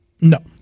No